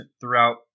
throughout